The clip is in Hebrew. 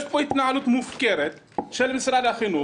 יש פה התנהלות מופקרת של משרד החינוך,